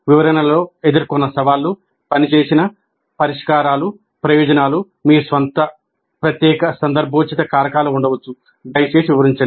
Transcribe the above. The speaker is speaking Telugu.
వివరణలో ఎదుర్కొన్న సవాళ్లు పనిచేసిన పరిష్కారాలు ప్రయోజనాలు మీ స్వంత ప్రత్యేక సందర్భోచిత కారకాలు ఉండవచ్చు దయచేసి వివరించండి